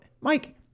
Mike